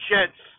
Jets